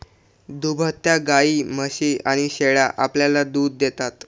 दुभत्या गायी, म्हशी आणि शेळ्या आपल्याला दूध देतात